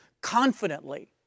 confidently